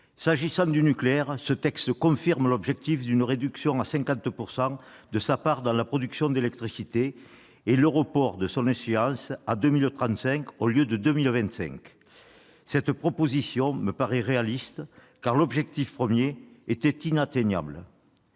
travail remarquable. Ce texte confirme l'objectif d'une réduction à 50 % de la part du nucléaire dans la production d'électricité et le report de son échéance à 2035 au lieu de 2025. Cette proposition me paraît réaliste, car l'objectif initial était inatteignable.